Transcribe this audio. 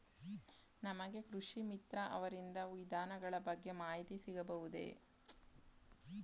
ನಮಗೆ ಕೃಷಿ ಮಿತ್ರ ಅವರಿಂದ ವಿಧಾನಗಳ ಬಗ್ಗೆ ಮಾಹಿತಿ ಸಿಗಬಹುದೇ?